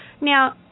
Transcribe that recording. Now